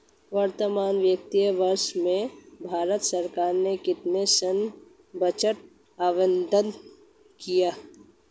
वर्तमान वित्तीय वर्ष में भारत सरकार ने कितना सैन्य बजट आवंटित किया?